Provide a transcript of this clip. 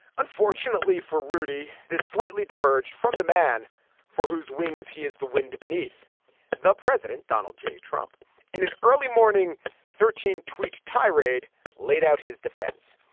unfortunately for rudy this slightly diverged from the man for whose wings he is the wind beneath the president donald j. trump in an early morning thirteen tweet tirade laid out his defense.